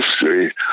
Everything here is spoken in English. history